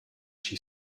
she